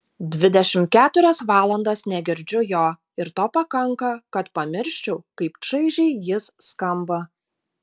dvidešimt keturias valandas negirdžiu jo ir to pakanka kad pamirščiau kaip čaižiai jis skamba